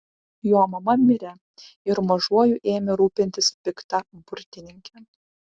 jo mama mirė ir mažuoju ėmė rūpintis pikta burtininkė